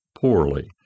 poorly